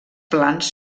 plans